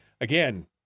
again